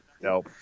no